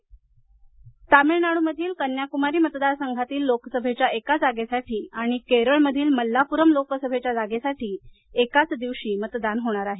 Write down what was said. तर तामिळनाडू मधील कन्याकुमारी मतदार संघातील लोकसभेच्या एका जागेसाठी आणि केरळमधील मल्लापुरम लोकसभेच्या जागेसाठी एकाच दिवशी मतदान होणार आहे